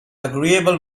agreeable